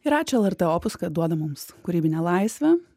ir ačiū lrt opus kad duoda mums kūrybinę laisvę